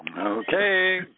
Okay